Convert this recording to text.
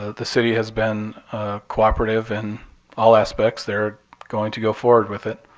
the city has been cooperative in all aspects. they're going to go forward with it.